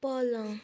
पलङ